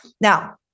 Now